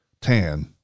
tan